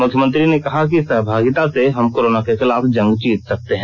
मुख्यमंत्री ने कहा कि सहभागिता से ही हम कोरोना के खिलाफ जंग जीत सकते हैं